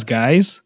guys